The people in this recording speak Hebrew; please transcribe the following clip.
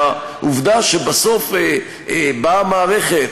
העובדה שבסוף באה המערכת,